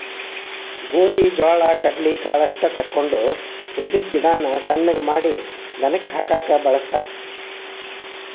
ಗೋದಿ ಜೋಳಾ ಕಡ್ಲಿ ಕಾಳಷ್ಟ ತಕ್ಕೊಂಡ ಉಳದಿದ್ದ ಗಿಡಾನ ಸಣ್ಣಗೆ ಮಾಡಿ ದನಕ್ಕ ಹಾಕಾಕ ವಳಸ್ತಾರ